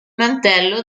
mantello